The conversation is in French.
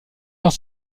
dans